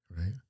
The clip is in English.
Right